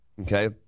Okay